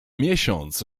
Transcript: miesiąc